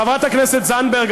חברת הכנסת זנדברג,